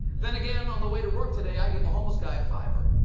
then again, on the way to work today i gave a homeless guy a pfeiffer.